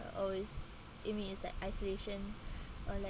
uh always eat me it's that isolation or like